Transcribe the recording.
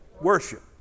worship